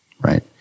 right